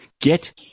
Get